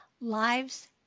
lives